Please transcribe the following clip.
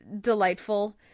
delightful